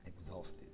Exhausted